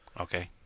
Okay